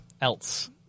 else